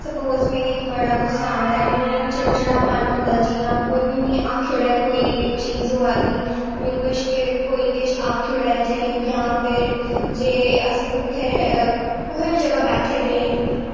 suppose मीं बड़ी गुस्सा आंदा ऐ में चिड़चिड़ापन होंदा जि'यां कोई बी मिगी आखी ओड़े कोई चीज़ होआ दी मिगी कोई किश आखी ओड़े जां फिर जे अस कु'त्थें कुसै बी जगह् बैठे दे